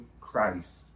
Christ